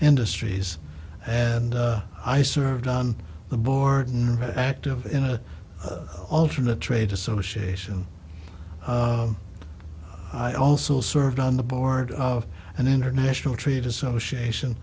industries and i served on the board of active in a alternate trade association i also served on the board of an international trade association